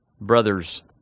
brother's